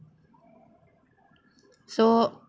so